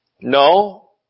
No